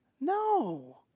No